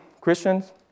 Christians